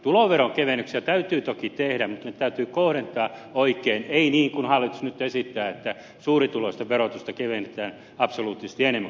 tuloveronkevennyksiä täytyy toki tehdä mutta ne täytyy kohdentaa oikein ei niin kuin hallitus nyt esittää että suurituloisten verotusta kevennetään absoluuttisesti enemmän kuin pienituloisten